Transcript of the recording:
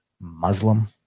Muslim